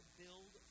build